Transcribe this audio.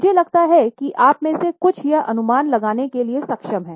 मुझे लगता है कि आप में से कुछ यह अनुमान लगाने के लिए सक्षम हैं